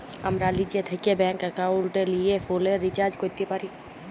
আমরা লিজে থ্যাকে ব্যাংক একাউলটে লিয়ে ফোলের রিচাজ ক্যরতে পারি